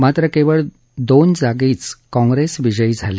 मात्र केवळ दोन जागीच काँग्रेस विजयी झाली